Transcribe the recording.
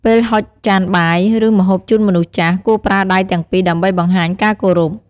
ពេលហុចចានបាយ ឬម្ហូបជូនមនុស្សចាស់ គួរប្រើដៃទាំងពីរដើម្បីបង្ហាញការគោរព។